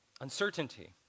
Uncertainty